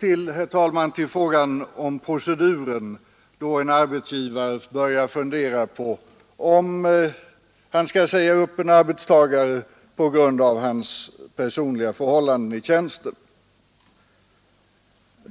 herr talman, till frågan om proceduren då en arbetsgivare börjar fundera på om han skall säga upp en arbetstagare på grund av hans personliga förhållanden i tjänsten.